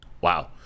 Wow